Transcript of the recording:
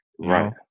Right